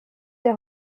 der